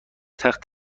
تخت